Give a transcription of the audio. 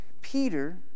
Peter